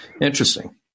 Interesting